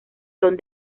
son